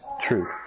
truth